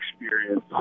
experience